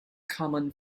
common